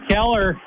Keller